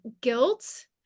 guilt